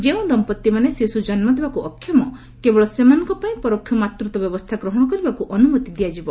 ଯେଉଁ ଦମ୍ପଭିମାନେ ଶିଶୁ ଜନ୍ମ ଦେବାକୁ ଅକ୍ଷମ କେବଳ ସେମାନଙ୍କ ପାଇଁ ପରୋକ୍ଷ ମାତୃତ୍ୱ ବ୍ୟବସ୍ଥା ଗ୍ରହଣ କରିବାକୁ ଅନୁମତି ଦିଆଯିବ